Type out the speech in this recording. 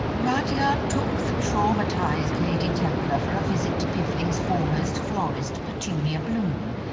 rudyard took the traumatised lady templar for a visit to piffling's foremost florist, petunia bloom.